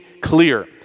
clear